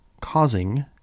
causing